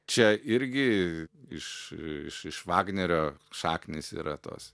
čia irgi iš iš iš vagnerio šaknys yra tos